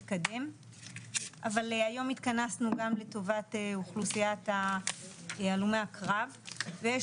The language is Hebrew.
אבל היום התכנסנו גם לטובת אוכלוסיית הלומי הקרב ויש